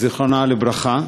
גם באיו"ש,